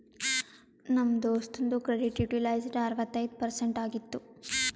ನಮ್ ದೋಸ್ತುಂದು credit utilised ಅರವತ್ತೈಯ್ದ ಪರ್ಸೆಂಟ್ ಆಗಿತ್ತು